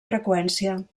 freqüència